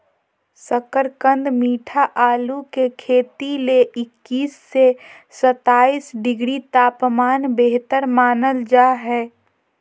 शकरकंद मीठा आलू के खेती ले इक्कीस से सत्ताईस डिग्री तापमान बेहतर मानल जा हय